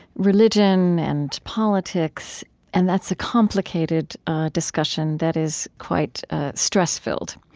religion and politics and that's a complicated discussion that is quite stress-filled.